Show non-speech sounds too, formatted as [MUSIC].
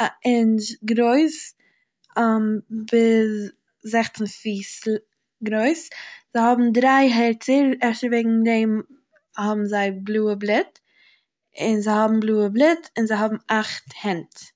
א אינטש גרויס [HESITATION] ביז זעכצן פיס ל [HESITATION] גרויס, זיי האבן דריי הערצער אפשר וועגן דעם האבן זיי בלויע בליט און זיי האבן בלויע בליט און זיי האבן אכט הענט.